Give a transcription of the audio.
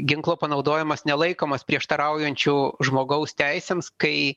ginklo panaudojimas nelaikomas prieštaraujančiu žmogaus teisėms kai